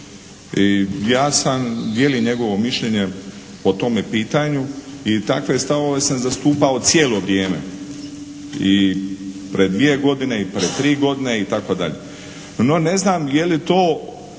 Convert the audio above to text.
ja sam, dijelim njegovo mišljenje po tome pitanju i takve stavove sam zastupao cijelo vrijeme. I pred dvije godine, i pred tri godine itd. No, ne znam je li to